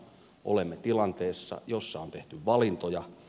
olemme tilanteessa jossa on tehty valintoja